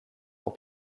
pour